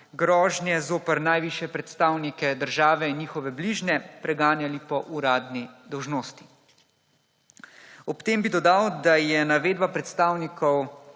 grožnje zoper najvišje predstavnike države in njihove bližnje preganjali po uradni dolžnosti. Ob tem bi dodal, da je navedba predstavnikov